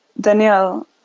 Danielle